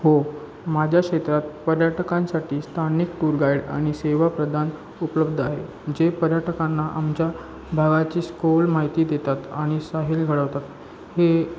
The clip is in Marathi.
हो माझ्या क्षेत्रात पर्यटकांसाठी स्थानिक टूर गाईड आणि सेवा प्रदान उपलब्ध आहे जे पर्यटकांना आमच्या भागाची सखोल माहिती देतात आणि सहल घडवतात हे